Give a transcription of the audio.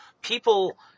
people